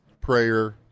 prayer